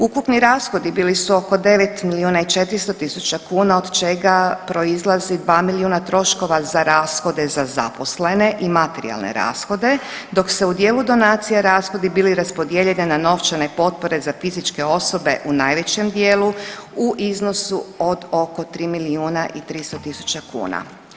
Ukupni rashodi bili su oko 9 milijuna i 400 tisuća kuna od čega proizlazi 2 milijuna troškova za rashode za zaposlene i materijalne rashode, dok su u dijelu donacija rashodi bili raspodijeljeni na novčane potpore za fizičke osobe u najvećem dijelu u iznosu od oko 3 milijuna i 300 tisuća kuna.